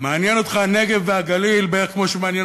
מעניין אותך הנגב והגליל בערך כמו שמעניין